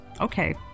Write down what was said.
Okay